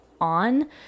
On